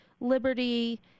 liberty